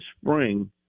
spring